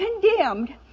condemned